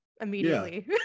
immediately